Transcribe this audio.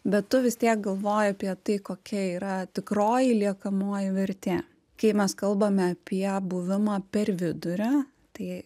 bet tu vis tiek galvoji apie tai kokia yra tikroji liekamoji vertė kai mes kalbame apie buvimą per vidurį tai